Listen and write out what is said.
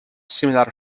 similar